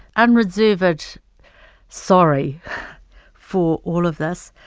unreserved sorry for all of this.